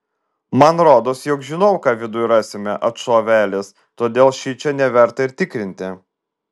man rodos jog žinau ką viduj rasime atšovė elis todėl šičia neverta ir tikrinti